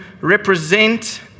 represent